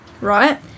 right